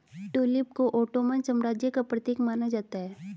tulip को Ottoman साम्राज्य का प्रतीक माना जाता है